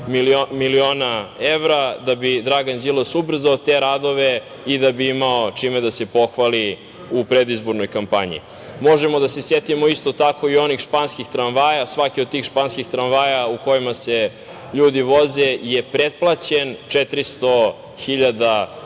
miliona evra da bi Dragan Đilas ubrzao te radove i da bi imao čime da se pohvali u predizbornoj kampanji. Možemo da se setimo, isto tako, i onih španskih tramvaja. Svaki od tih španskih tramvaja u kojima se ljudi voze je preplaćen 400